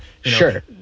sure